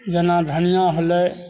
जेना धनियाँ होलै